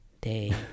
day